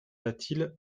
latil